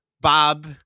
Bob